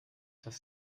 das